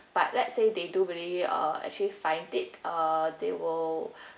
but let say they do really uh actually find it uh they will